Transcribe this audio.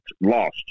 lost